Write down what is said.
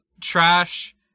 Trash